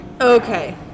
Okay